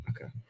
Okay